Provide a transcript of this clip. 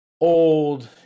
old